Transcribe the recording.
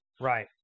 Right